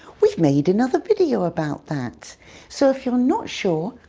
we've made another video about that so if you're not sure,